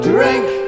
Drink